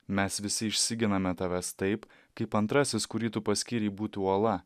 mes visi išsiginame tavęs taip kaip antrasis kurį tu paskyrei būti uola